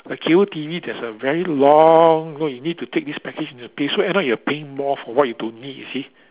like cable T_V there's a very long you know you need to take this package and need to pay so end up you're paying more for what you don't need you see